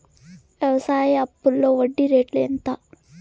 వ్యవసాయ అప్పులో వడ్డీ రేట్లు ఎంత?